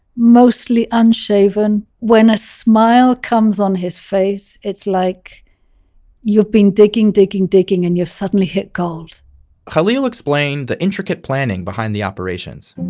mostly unshaven. when a smile comes on his face, it's like you've been digging, digging, digging and you've suddenly hit gold khalil explained the intricate planning behind the operations.